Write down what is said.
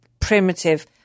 primitive